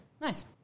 Nice